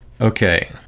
Okay